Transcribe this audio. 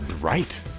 Right